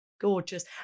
Gorgeous